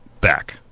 back